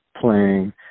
playing